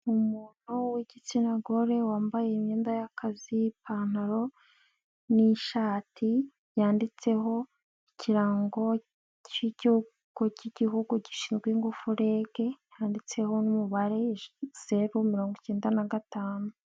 Umuntu w'igitsina gore wambaye imyenda yakazi'pantaro n'ishati yanditseho ikirango cy'igigo cy'igihugu gishinzwe ingufu REG, handitseho umubare zeru mirongo icyenda na gatanu.